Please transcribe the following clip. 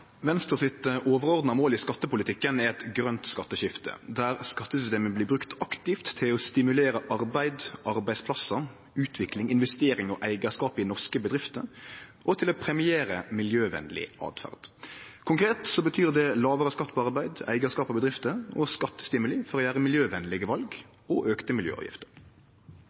Venstre sitt overordna mål i skattepolitikken er eit grønt skatteskifte der skattesystemet blir brukt aktivt til å stimulere arbeid, arbeidsplassar, utvikling, investering og eigarskap i norske bedrifter og til å premiere miljøvenleg åtferd. Konkret betyr det lågare skatt på arbeid, eigarskap og bedrifter og skattestimuli for å gjere miljøvenlege val og auka miljøavgifter.